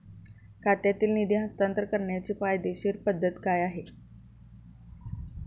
खात्यातील निधी हस्तांतर करण्याची कायदेशीर पद्धत काय आहे?